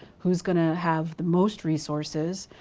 who's gonna have the most resources?